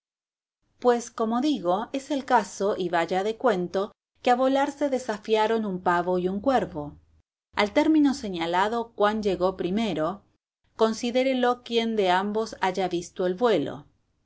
pues como digo es el caso y vaya de cuento que a volar se desafiaron un pavo y un cuervo al término señalado cuál llegó primero considérelo quien de ambos haya visto el vuelo